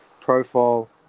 profile